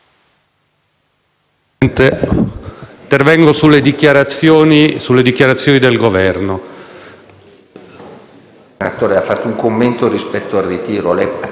intervengo sulle dichiarazioni del Governo.